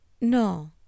No